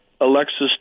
Alexis